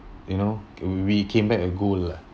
you know we came back a gold lah